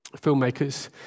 Filmmakers